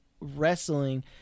wrestling